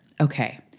Okay